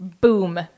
Boom